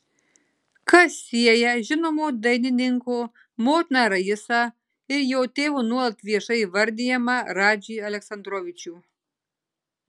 kas sieja žinomo dainininko motiną raisą ir jo tėvu nuolat viešai įvardijamą radžį aleksandrovičių